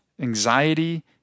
anxiety